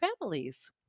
families